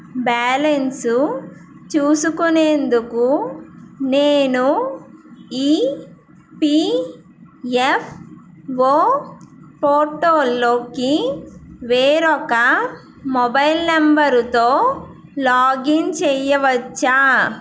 balance చూసుకునేందుకు నేను EPFO పోర్టల్లోకి వేరొక మొబైల్ నంబరుతో లాగిన్ చెయ్యవచ్చా